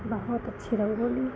बहुत अच्छी रंगोली